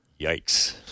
yikes